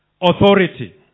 authority